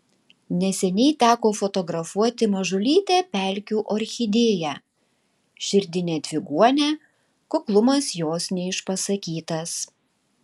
neseniai teko fotografuoti mažulytę pelkių orchidėją širdinę dviguonę kuklumas jos neišpasakytas